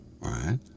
right